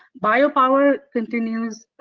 bio power continues